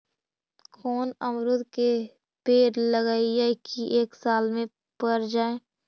कोन अमरुद के पेड़ लगइयै कि एक साल में पर जाएं?